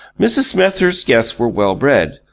mrs. smethurst's guests were well-bred,